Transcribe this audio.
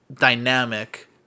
dynamic